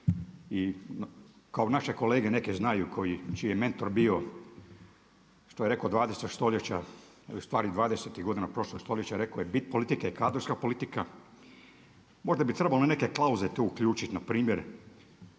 i kao naše kolege neke znaju čiji je mentor bio što je rekao 20. stoljeća ustvari dvadesetih godina prošlog stoljeća, rekao je bit politike je kadrovska politika. Možda bi trebalo neke klauze tu uključiti npr.